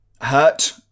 hurt